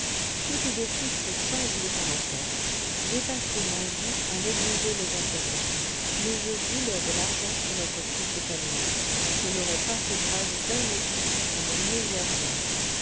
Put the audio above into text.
toute idée fixe change le caractère j'ai passé ma vie à négliger mes intérêts mais je voulais de l'argent pour notre fils de famille je n'aurais pas fait grâce d'un écu à mon meilleur ami